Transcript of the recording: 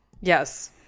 yes